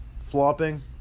flopping